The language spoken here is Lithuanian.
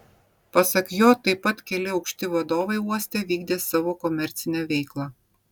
pasak jo taip pat keli aukšti vadovai uoste vykdė savo komercinę veiklą